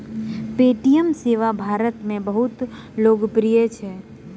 Paytm सेवा भारत में बहुत लोकप्रिय अछि